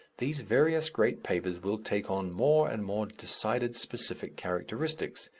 these various great papers will take on more and more decided specific characteristics,